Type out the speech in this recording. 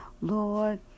lord